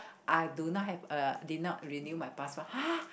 I do not have uh did not renew my passport !huh!